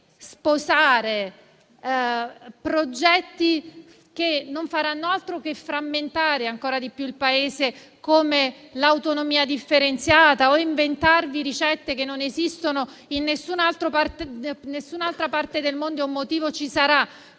sposare progetti che non faranno altro che frammentare ancora di più il Paese, come l'autonomia differenziata, o inventarvi ricette che non esistono da nessun'altra parte del mondo (e un motivo ci sarà),